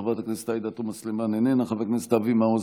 חבר הכנסת מנסור עבאס,